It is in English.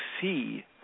see